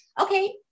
okay